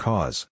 Cause